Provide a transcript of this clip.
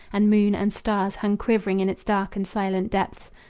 and moon and stars hung quivering in its dark and silent depths.